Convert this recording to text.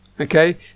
Okay